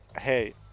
hey